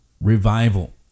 Revival